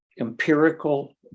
empirical